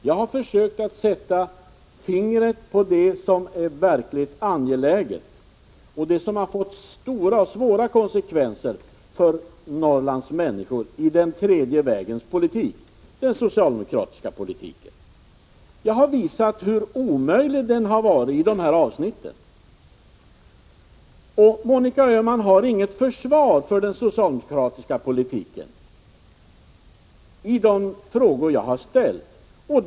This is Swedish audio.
Jag har försökt sätta fingret på det som är verkligt angeläget och det som fått stora och svåra konsekvenser för Norrlands människor i den tredje vägens politik — den socialdemokratiska politiken. Jag har visat hur omöjlig den politiken varit i de här avsnitten. Monica Öhman har inget försvar för den socialdemokratiska politiken i de frågor som jag har tagit upp.